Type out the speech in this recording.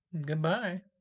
Goodbye